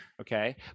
okay